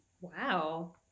Wow